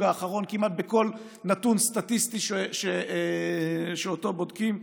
האחרון כמעט בכל נתון סטטיסטי שאותו בודקים,